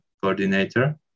coordinator